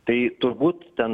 tai turbūt ten